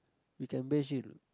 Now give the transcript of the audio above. you can bash it